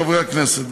חברי הכנסת,